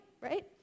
right